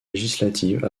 législative